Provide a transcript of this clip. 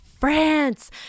France